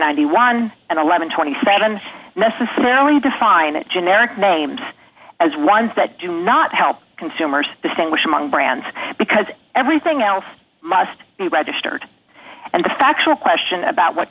thousand one hundred and twenty seven necessarily define it generic names as ones that do not help consumers distinguish among brands because everything else must be registered and the factual question about what